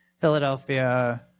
philadelphia